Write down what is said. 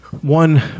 One